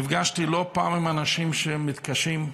נפגשתי לא פעם עם אנשים שמתקשים.